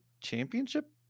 championship